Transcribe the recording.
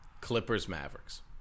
Clippers-Mavericks